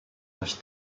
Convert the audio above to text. nasz